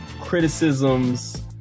criticisms